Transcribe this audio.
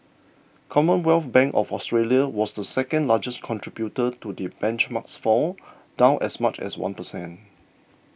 Commonwealth Bank of Australia was the second largest contributor to the benchmark's fall down as much as one percent